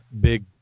big